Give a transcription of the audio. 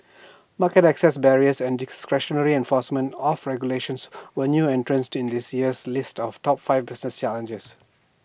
market access barriers and discretionary enforcement of regulations were new entrants in this year's list of top five business challenges